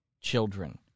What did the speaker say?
children